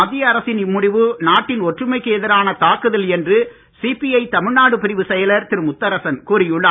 மத்திய அரசின் இம்முடிவு நாட்டின் ஒற்றுமைக்கு எதிரான தாக்குதல் என்று சிபிஐ தமிழ்நாடு பிரிவுச் செயலர் திரு முத்தரசன் கூறி உள்ளார்